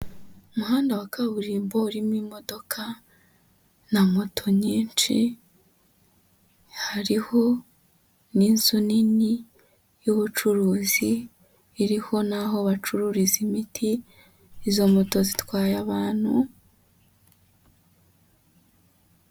Umuhanda wa kaburimbo urimo imodoka na moto nyinshi, hariho n'inzu nini y'ubucuruzi iriho n'aho bacururiza imiti, izo moto zitwaye abantu.